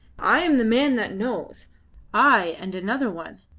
i am the man that knows i and another one.